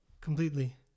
completely